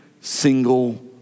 single